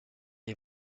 les